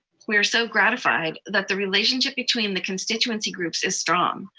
we were so gratified, that the relationship between the constituency groups is strong.